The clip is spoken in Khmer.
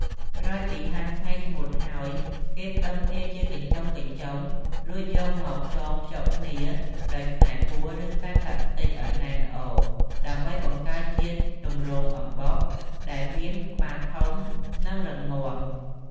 ក្រោយពីហាលថ្ងៃស្ងួតហើយគេផ្ដុំគ្នាជាកញ្ចុំៗ រួចយកមកចងភ្ជាប់គ្នាដោយខ្សែពួរ ឬខ្សែប្លាស្ទិចឲ្យណែនល្អ ដើម្បីបង្កើតជាទម្រង់អំបោសដែលមានក្បាលធំ និងរឹងមាំ។